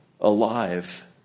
Alive